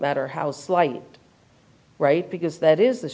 matter how slight right because that is the